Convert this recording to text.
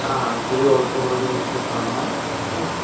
হ্যাঁ হ্যাঁ খুবই অল্প খরচের মধ্যে করানো হয় হুম